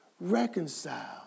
reconcile